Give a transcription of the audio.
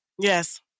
Yes